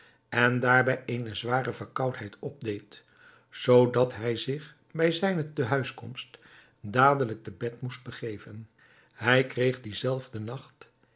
en daarbij eene zware verkoudheid opdeed zoodat hij zich bij zijne tehuiskomst dadelijk te bed moest begeven hij kreeg dienzelfden nacht